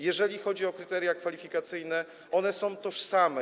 Jeżeli chodzi o kryteria kwalifikacyjne, to one są tożsame.